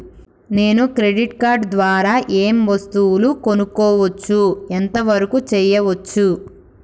నేను credit card ద్వారా ఏం వస్తువులు కొనుక్కోవచ్చు ఎంత వరకు చేయవచ్చు?